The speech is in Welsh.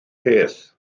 peth